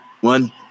one